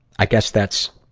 i guess that's,